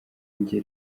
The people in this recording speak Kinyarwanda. jye